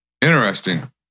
Interesting